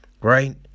right